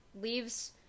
leaves